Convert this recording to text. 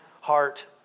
heart